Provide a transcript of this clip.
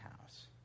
house